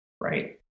right